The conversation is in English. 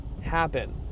happen